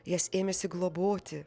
jas ėmėsi globoti